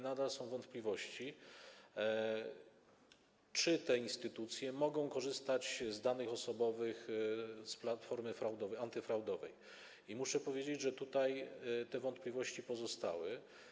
Nadal są wątpliwości, czy te instytucje mogą korzystać z danych osobowych z Platformy Antyfraudowej, i muszę powiedzieć, że te wątpliwości pozostały.